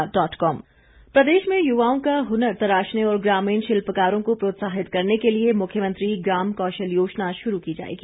वीरेंद्र कंवर प्रदेश में युवाओं का हनर तराशने और ग्रामीण शिल्पकारों को प्रोत्साहित करने के लिए मुख्यमंत्री ग्राम कौशल योजना शुरू की जाएगी